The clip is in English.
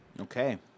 Okay